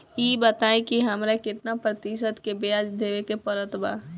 ई बताई की हमरा केतना प्रतिशत के ब्याज देवे के पड़त बा?